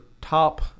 top